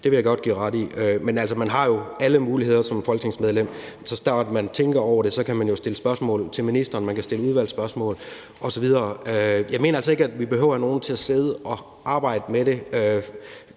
Det vil jeg godt give spørgeren ret i. Men altså, man har jo alle muligheder som folketingsmedlem. Så snart man tænker over det, kan man jo stille spørgsmål til ministeren, man kan stille udvalgsspørgsmål osv. Jeg mener altså ikke, at vi behøver at have nogen til at sidde og arbejde med det.